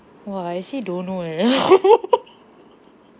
!wah! I actually don't know eh